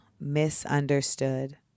misunderstood